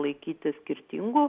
laikyti skirtingų